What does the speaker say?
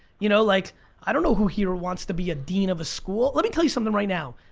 you know like i don't know who here wants to be a dean of a school. let me tell you something right now.